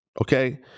okay